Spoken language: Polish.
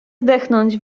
zdechnąć